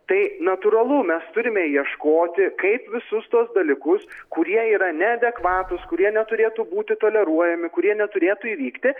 tai natūralu mes turime ieškoti kaip visus tuos dalykus kurie yra neadekvatūs kurie neturėtų būti toleruojami kurie neturėtų įvykti